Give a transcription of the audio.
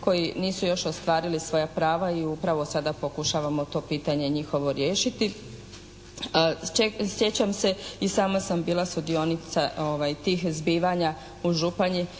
koji nisu još ostvarili svoja prava i upravo sada pokušavamo to pitanje njihovo riješiti. Sjećam se i sama sam bila sudionica tih zbivanja u Županji